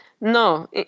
no